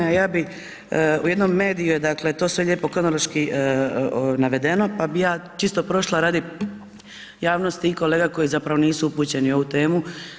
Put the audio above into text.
Ja bih, u jednom mediju je, dakle to sve lijepo kronološki navedeno, pa bih ja čisto prošla radi javnosti i kolega koji zapravo nisu upućeni u ovu temu.